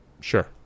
Sure